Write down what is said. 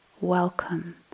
Welcome